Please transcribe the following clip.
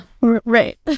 Right